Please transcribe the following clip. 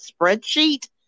spreadsheet